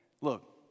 look